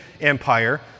Empire